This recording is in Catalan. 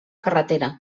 carretera